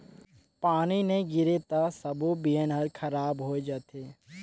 पानी नई गिरे त सबो बिहन हर खराब होए जथे